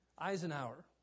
Eisenhower